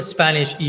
Spanish